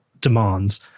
demands